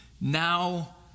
now